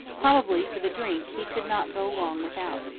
probably for the drink he could not go long without.